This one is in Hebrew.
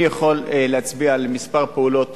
אני יכול להצביע על כמה פעולות